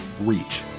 reach